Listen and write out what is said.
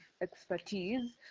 expertise